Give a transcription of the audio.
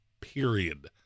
period